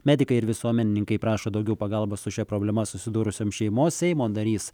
medikai ir visuomenininkai prašo daugiau pagalbos su šia problema susidūrusiam šeimos seimo narys